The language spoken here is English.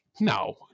no